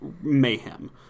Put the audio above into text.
mayhem